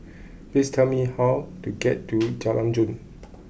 please tell me how to get to Jalan Jong